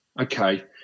okay